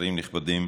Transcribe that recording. שרים נכבדים,